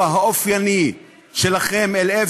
תעריכי